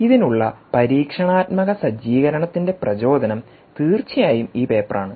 ഇതിനുള്ള പരീക്ഷണാത്മക സജ്ജീകരണതിന്റെ പ്രചോദനം തീർച്ചയായും ഈ പേപ്പറാണ്